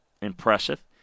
impressive